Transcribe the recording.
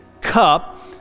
cup